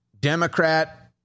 Democrat